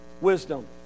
wisdom